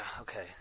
okay